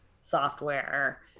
software